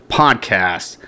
podcast